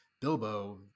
Bilbo